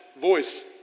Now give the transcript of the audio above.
voice